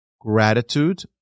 gratitude